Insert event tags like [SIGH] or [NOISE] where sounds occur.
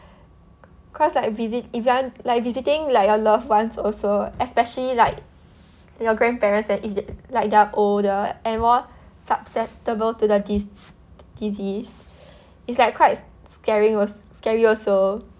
[BREATH] cause like visit~ if you want like visiting like your loved ones also especially like your grandparents when if they like they're older and more susceptible to the di~ disease is like quite scaring als~ scary also